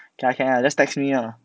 can lah can lah just text me lah